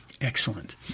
Excellent